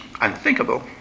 unthinkable